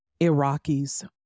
Iraqis